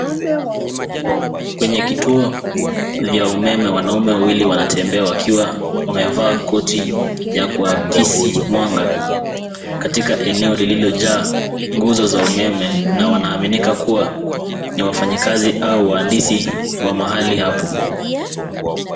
Kwenye kituo vya umeme, wanaume wawili wanatembea wakiwa wamevaa koti ya kuakisi mwanga katika eneo lililojaa nguzo za umeme na wanaaminika kuwa ni wafanyakazi au wahandisi wa mahali hapo.